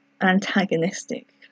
antagonistic